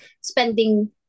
spending